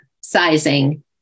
sizing